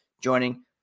joining